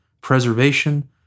preservation